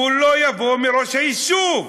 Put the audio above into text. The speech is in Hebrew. והוא לא יבוא מראש היישוב.